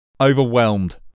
overwhelmed